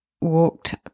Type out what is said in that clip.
Walked